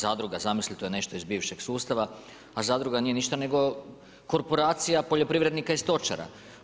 Zadruga, zamislite to je nešto iz bivšeg sustava, a zadruga nije ništa nego korporacija poljoprivrednika i stočara.